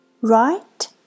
Right